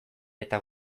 eta